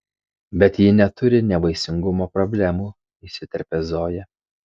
bet ji neturi nevaisingumo problemų įsiterpia zoja